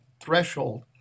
threshold